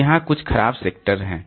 तो वहाँ कुछ खराब सेक्टर हैं